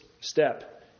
step